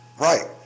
Right